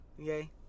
Okay